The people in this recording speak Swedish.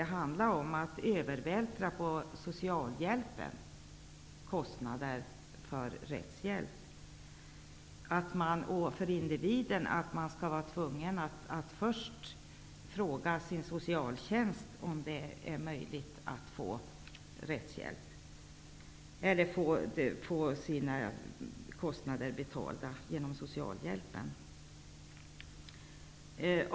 Det innebär att kostnader för rättshjälp övervältras på socialförvaltningen, så att individen inte skall vara tvungen att först fråga sin socialtjänst om det är möjligt att få sina rättshjälpskostnader betalda genom socialförvaltningen.